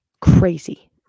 crazy